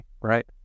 right